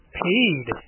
paid